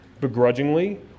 begrudgingly